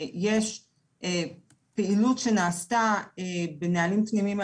יש פעילות שנעשתה בנהלים פנימיים,